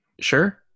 Sure